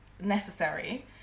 necessary